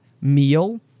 meal